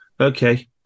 Okay